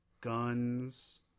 guns